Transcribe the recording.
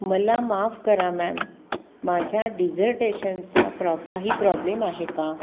मला माफ करा मॅम माझ्या डिझर्टेशनचा प्रॉब काही प्रॉब्लेम आहे का